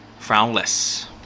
frownless